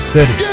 City